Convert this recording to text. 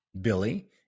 billy